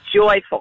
joyful